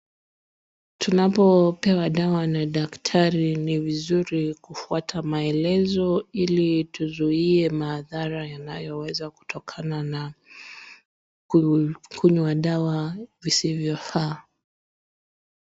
Tunapopewa dawa na daktari, ni vizuri kufuata maelezo ili tuzuie madhara yanayoweza kutokana na kukunywa dawa visvyofaa.